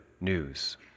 news